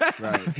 Right